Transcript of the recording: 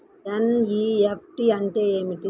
NEFT అంటే ఏమిటి?